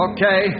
Okay